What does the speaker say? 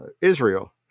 Israel